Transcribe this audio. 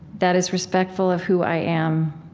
that is respectful of who i am?